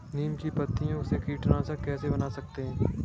नीम की पत्तियों से कीटनाशक कैसे बना सकते हैं?